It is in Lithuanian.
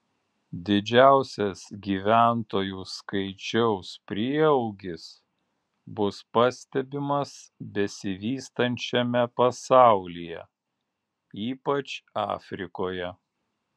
didžiausias gyventojų skaičiaus prieaugis bus pastebimas besivystančiame pasaulyje ypač afrikoje